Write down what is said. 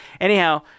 Anyhow